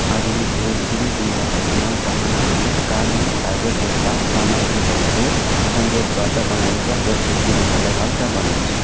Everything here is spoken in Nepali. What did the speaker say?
आधुनिक रेसिङ डुङ्गाहरूमा बहनाहरू कार्बन फाइबरजस्ता सामग्रीहरूको संयोजनबाट बनाइन्छ जसले तिनीहरूलाई हल्का बनाउँछ